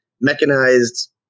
mechanized